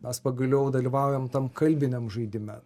mes pagaliau dalyvaujam tam kalbiniam žaidime